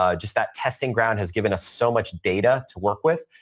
um just that testing ground has given us so much data to work with.